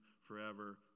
forever